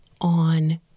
on